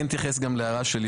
זה לא הכי נמוך,